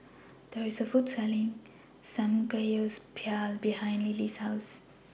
There IS A Food Court Selling Samgeyopsal behind Lillie's House